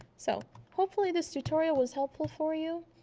so hopefully this tutorial was helpful for you.